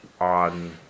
on